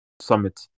Summit